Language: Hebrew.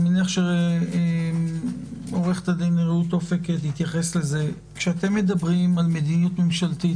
אני מניח שעו"ד רעות אופק תתייחס לזה על מדיניות ממשלתית,